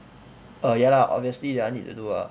err ya lah obviously that one need to do ah